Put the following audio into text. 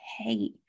okay